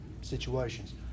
situations